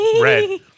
red